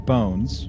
Bones